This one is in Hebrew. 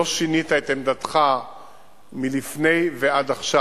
לא שינית את עמדתך מלפני ועד עכשיו,